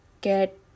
get